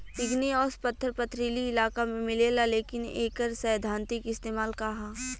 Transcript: Igneous पत्थर पथरीली इलाका में मिलेला लेकिन एकर सैद्धांतिक इस्तेमाल का ह?